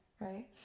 right